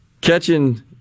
catching